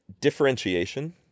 Differentiation